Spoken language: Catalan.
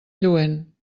lluent